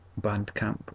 Bandcamp